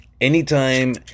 Anytime